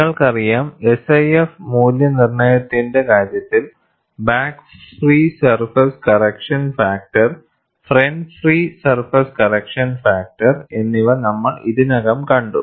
നിങ്ങൾക്കറിയാം SIF മൂല്യനിർണ്ണയത്തിന്റെ കാര്യത്തിൽ back free surface correction factor front free surface correction factor എന്നിവ നമ്മൾ ഇതിനകം കണ്ടു